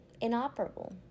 inoperable